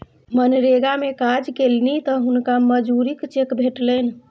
मनरेगा मे काज केलनि तँ हुनका मजूरीक चेक भेटलनि